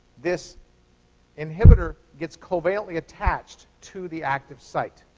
this inhibitor gets covalently attached to the active site.